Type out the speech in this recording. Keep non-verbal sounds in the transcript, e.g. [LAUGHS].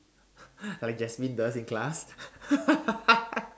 how like Jasmine does in class [LAUGHS]